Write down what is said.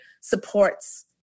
supports